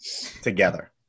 together